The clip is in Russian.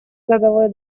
годовой